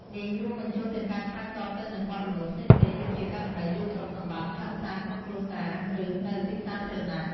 នេះរួមបញ្ចូលទាំងការឆ្លើយតបទៅនឹងបទល្មើសផ្សេងៗដូចជាករណីលួចទ្រព្យសម្បត្តិ ហិង្សាក្នុងគ្រួសារ ឬនៅទីសាធារណៈ។